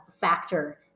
factor